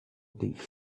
deep